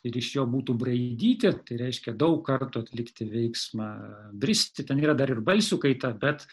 ir iš jo būtų braidyti reiškia daug kartų atlikti veiksmą bristi ten yra dar ir balsių kaita bet